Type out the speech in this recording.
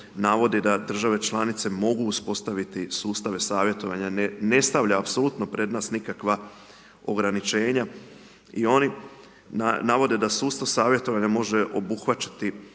navodi da države članice mogu uspostaviti sustave savjetovanja, ne stavlja apsolutno prednost nikakva ograničenja i oni navode da .../Govornik se ne